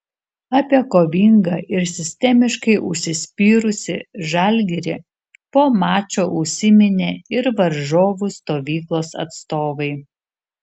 apie kovingą ir sistemiškai užsispyrusį žalgirį po mačo užsiminė ir varžovų stovyklos atstovai